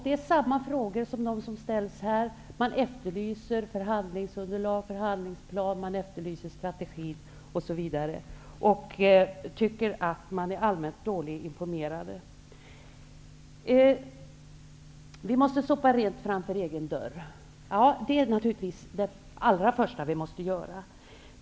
Det är samma frågor som ställs här. Man efterlyser förhandlingsunderlag, förhandlingsplan, strategin osv. och tycker att man är allmänt dåligt informerad. Vi måste sopa rent framför egen dörr. Det är naturligtvis det allra första vi måste göra.